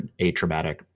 atraumatic